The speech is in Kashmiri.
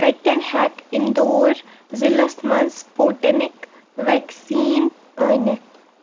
بہٕ کَتٮ۪ن ہیٚکہٕ اِنٛدور ضلعس مَنٛز سٕپُٹنِک ویکسیٖن أنِتھ؟